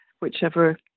whichever